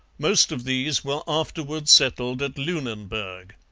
most of these were afterwards settled at lunenburg.